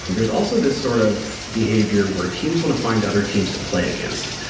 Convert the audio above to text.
there's also this sort of behavior where teams want to find other teams to play against.